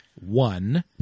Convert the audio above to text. one